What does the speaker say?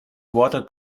water